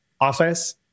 office